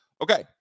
Okay